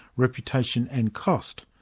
reputation and cost,